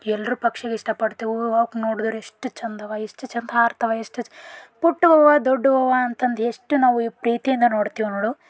ಎಲ್ಲರೂ ಪಕ್ಷಿಗೆ ಇಷ್ಟಪಡ್ತೆವು ಅವ್ಕೆ ನೋಡ್ದರ ಎಷ್ಟು ಚಂದವ ಎಷ್ಟು ಚಂದ ಹಾರ್ತವೆ ಎಷ್ಟು ಪುಟ್ಟುವವೆ ದೊಡ್ಡವವೆ ಅಂತಂದು ಎಷ್ಟು ನಾವು ಪ್ರೀತಿಯಿಂದ ನೋಡ್ತೀವಿ ನೋಡು